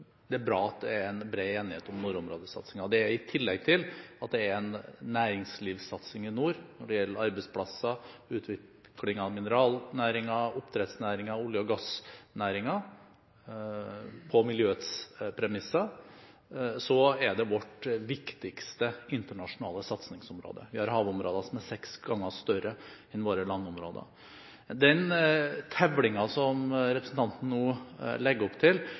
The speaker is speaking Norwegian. det er en bred enighet om nordområdesatsingen. I tillegg til at det er en næringslivssatsing i nord når det gjelder arbeidsplasser, utvikling av mineralnæringen, oppdrettsnæringen, og olje- og gassnæringen på miljøets premisser, er det vårt viktigste internasjonale satsingsområde. Vi har havområder som er seks ganger større enn våre landområder. Den tevlingen som representanten nå legger opp til,